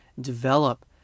develop